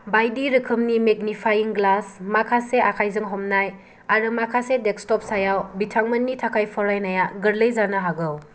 बायदि रोखोमनि magnifying glass माखासे आखाइजों हमनाय आरो माखासे डेस्कटप सायाव बिथांमोननि थाखाय फरायनाया गोरलै जानो हागौ